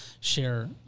share